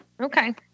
Okay